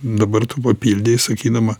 dabar tu papildei sakydama